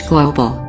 Global